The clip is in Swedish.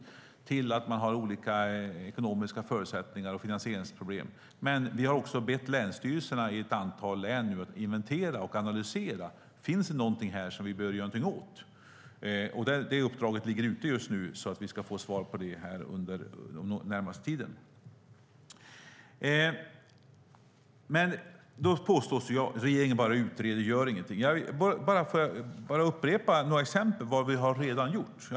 Det kan vara skäl som att man har olika ekonomiska förutsättningar och finansieringsproblem. Vi har nu bett länsstyrelserna i ett antal län att inventera och analysera om det finns någonting som de bör göra någonting åt. Det uppdraget ligger ute just nu, och vi ska få svar under den närmaste tiden. Då påstås det: Regeringen bara utreder och gör ingenting. Får jag bara upprepa några exempel på vad vi redan har gjort.